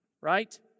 right